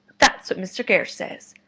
that's what mr. gerrish says.